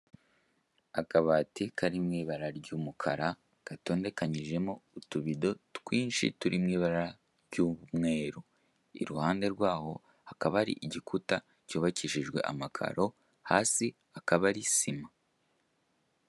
Akabati kari mw'ibara ry'umukara gatondekanyijemo utubido twinshi turi mw'ibara ry'umweru, iruhande rwaho hakaba hari igikuta cyubakishije amakaro, hasi akaba ari sima.